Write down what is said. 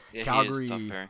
Calgary